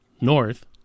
north